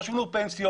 לא שילמו פנסיות,